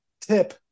tip